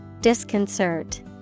Disconcert